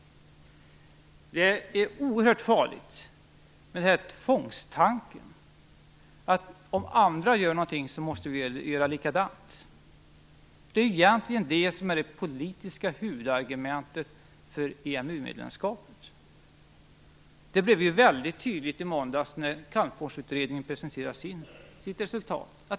Det är oerhört farligt med tvångstanken att om andra gör någonting måste vi göra likadant. Det är egentligen det som är det politiska huvudargumentet för ett medlemskap i EMU. Det blev väldigt tydligt i måndags när Calmforsutredningen presenterade sitt resultat.